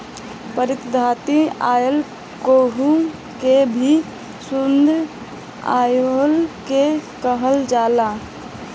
प्रतिधारित आय केहू के भी शुद्ध आय के कहल जाला